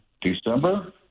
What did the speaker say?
December